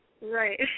Right